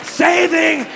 saving